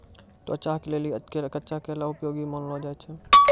त्वचा के लेली कच्चा केला उपयोगी मानलो जाय छै